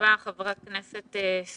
תודה רבה, חבר הכנסת סובה.